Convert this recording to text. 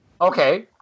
Okay